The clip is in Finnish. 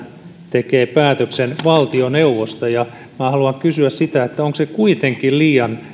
tekee päätöksen valtioneuvosto minä haluan kysyä sitä onko se kuitenkin liian